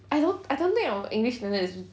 I don't I don't think our english standard is